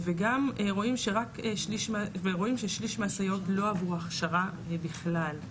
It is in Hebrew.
וגם רואים ששליש מהסייעות לא עברו הכשרה בכלל,